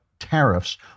tariffs